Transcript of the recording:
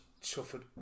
suffered